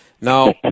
Now